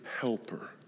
helper